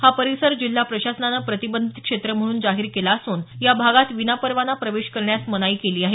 हा परिसर जिल्हा प्रशासनानं प्रतिबंधित क्षेत्र म्हणून जाहीर केला असून या भागात विनापरवाना प्रवेश करण्यास मनाई केली आहे